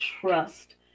trust